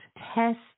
test